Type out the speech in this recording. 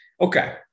okay